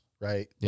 right